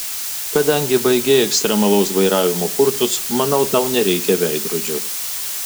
kadangi baigei ekstremalaus vairavimo kursus manau tau nereikia veidrodžio